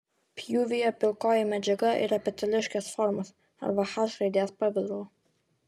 pjūvyje pilkoji medžiaga yra peteliškės formos arba h raidės pavidalo